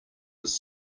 his